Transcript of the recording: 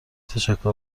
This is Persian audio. تشکر